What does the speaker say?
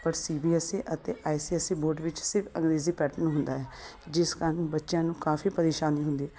ਪਰ C B S E ਅਤੇ I C S E board ਵਿੱਚ ਸਿਰਫ ਅੰਗਰੇਜ਼ੀ ਪੈਟਰਨ ਹੁੰਦਾ ਹੈ ਜਿਸ ਕਾਰਨ ਬੱਚਿਆਂ ਨੂੰ ਕਾਫੀ ਪਰੇਸ਼ਾਨੀ ਹੁੰਦੀ ਹੈ